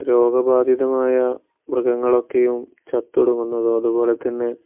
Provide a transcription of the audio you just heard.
രോഗബാധിതമായ മൃഗങ്ങളൊക്കെയും ചത്തൊടുങ്ങുന്നതും അതുപോലെത്തന്നെ